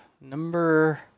number